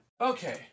Okay